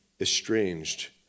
estranged